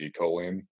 choline